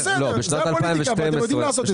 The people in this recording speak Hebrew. בסדר, זאת הפוליטיקה ואתם יודעים לעשות את זה.